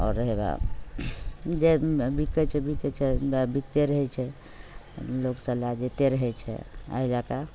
आओर ओएह जे बिकैत छै बिकैत छै बिकते रहैत छै लोग सब लै जैते रहैत छै एहि लैके